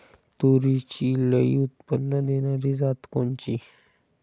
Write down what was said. तूरीची लई उत्पन्न देणारी जात कोनची?